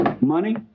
money